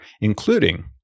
including